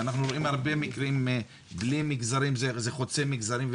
ואנחנו רואים מקרים שזה חוצה מגזרים.